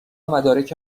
مدارک